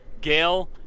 Gail